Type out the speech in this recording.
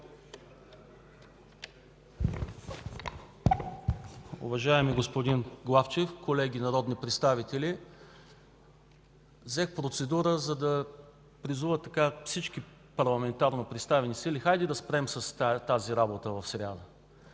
Уважаеми господин Главчев, колеги народни представители! Взех процедура, за да призова всички парламентарно представени сили – хайде да спрем с тази работа в сряда.